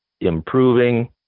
improving